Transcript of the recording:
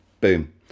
Boom